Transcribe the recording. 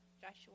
Joshua